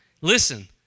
Listen